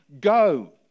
go